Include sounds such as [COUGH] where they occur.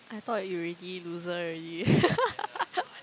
I thought you already loser already [LAUGHS]